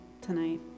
tonight